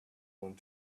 want